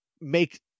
make